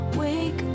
Wake